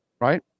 Right